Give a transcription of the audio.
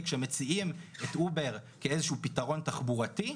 כשמציעים את אובר כפתרון תחבורתי,